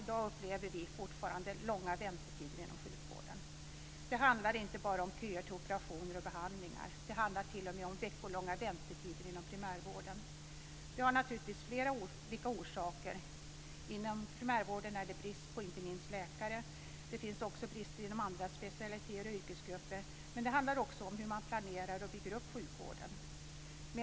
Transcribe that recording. I dag upplever vi fortfarande långa väntetider inom sjukvården. Det handlar inte bara om köer till operationer och behandlingar. Det handlar t.o.m. om veckolånga väntetider inom primärvården. Det har naturligtvis flera olika orsaker. Inom primärvården är det brist på inte minst läkare. Det finns brister inom andra specialiteter och yrkesgrupper, men det handlar också om hur man planerar och bygger upp sjukvården.